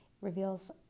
reveals